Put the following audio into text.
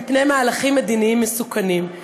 מפני מהלכים מדיניים מסוכנים.